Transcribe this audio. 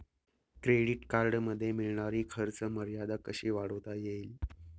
Credit कार्डमध्ये मिळणारी खर्च मर्यादा कशी वाढवता येईल?